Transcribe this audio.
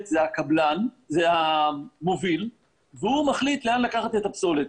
זה המוביל והוא המחליט לאן לקחת את הפסולת.